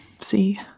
See